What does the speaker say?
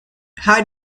how